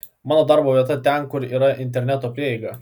mano darbo vieta ten kur yra interneto prieiga